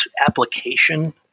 application